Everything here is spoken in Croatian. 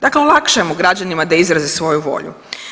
Dakle, olakšajmo građanima da izraze svoju volju.